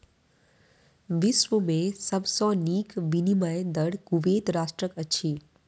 विश्व में सब सॅ नीक विनिमय दर कुवैत राष्ट्रक अछि